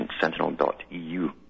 sentinel.eu